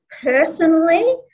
personally